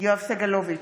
יואב סגלוביץ'